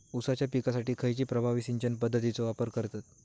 ऊसाच्या पिकासाठी खैयची प्रभावी सिंचन पद्धताचो वापर करतत?